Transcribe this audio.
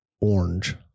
Orange